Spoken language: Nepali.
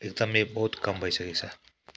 एकदमै बहुत कम भइसकेको छ